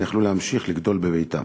היו יכולים להמשיך לגדול בביתם.